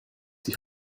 die